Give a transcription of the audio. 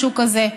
משהו כזה.